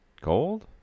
gold